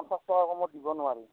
পঞ্চাছ টকা কমত দিব নোৱাৰি